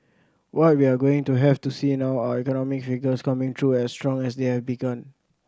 what we're going to have to see now are economic figures coming through as strong as they have begun